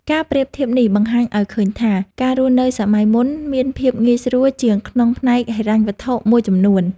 ការប្រៀបធៀបនេះបង្ហាញឱ្យឃើញថា ការរស់នៅសម័យមុនមានភាពងាយស្រួលជាងក្នុងផ្នែកហិរញ្ញវត្ថុមួយចំនួន។